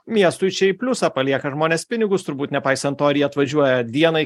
miestui čia į pliusą palieka žmonės pinigus turbūt nepaisant to ar jie atvažiuoja dienai